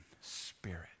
spirit